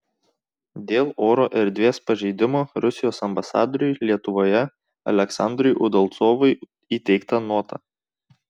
dėl oro erdvės pažeidimo rusijos ambasadoriui lietuvoje aleksandrui udalcovui įteikta nota